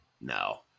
No